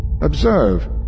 Observe